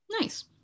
Nice